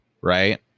Right